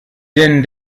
denn